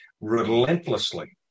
relentlessly